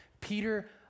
Peter